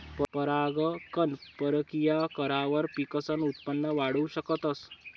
परागकण परकिया करावर पिकसनं उत्पन वाढाऊ शकतस